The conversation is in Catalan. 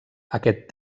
aquest